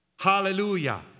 Hallelujah